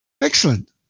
Excellent